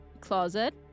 closet